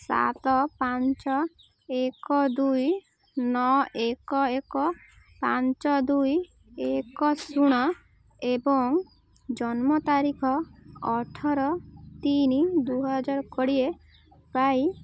ସାତ ପାଞ୍ଚ ଏକ ଦୁଇ ନଅ ଏକ ଏକ ପାଞ୍ଚ ଦୁଇ ଏକ ଶୂନ ଏବଂ ଜନ୍ମତାରିଖ ଅଠର ତିନି ଦୁଇ ହଜାର କୋଡ଼ିଏ ପାଇଁ